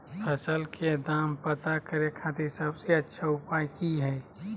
फसल के दाम पता करे खातिर सबसे अच्छा उपाय की हय?